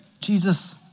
Jesus